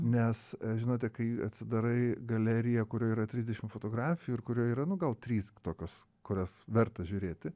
nes žinote kai atsidarai galeriją kurioj yra trisdešim fotografijų ir kurioj yra nu gal trys tokios kurias verta žiūrėti